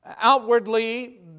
Outwardly